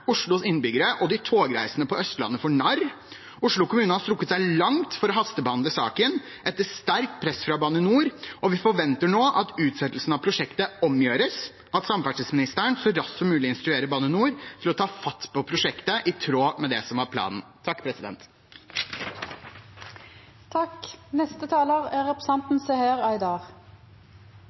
Oslos innbyggere og de togreisende på Østlandet for narr. Oslo kommune har strukket seg langt for å hastebehandle saken, etter sterkt press fra Bane NOR. Vi forventer nå at utsettelsen av prosjektet omgjøres, og at samferdselsministeren så raskt som mulig instruerer Bane NOR til å ta fatt på prosjektet, i tråd med det som var planen. Det er bra at både ministeren og representanten